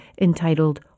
entitled